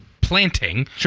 planting